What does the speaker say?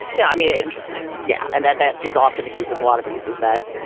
yeah, i mean, it's interesting yeah. and that that is often the case with a lot of these is that